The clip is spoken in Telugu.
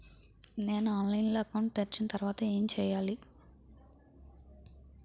నేను ఆన్లైన్ లో అకౌంట్ తెరిచిన తర్వాత ఏం చేయాలి?